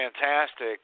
fantastic